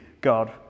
God